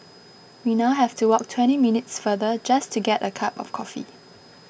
we now have to walk twenty minutes farther just to get a cup of coffee